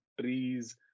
trees